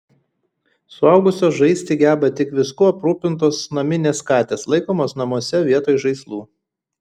suaugusios žaisti geba tik viskuo aprūpintos naminės katės laikomos namuose vietoj žaislų